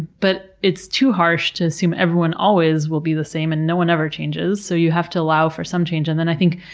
but it's too harsh to assume everyone always will be the same and no one ever changes, so you have to allow for some change. and then i think,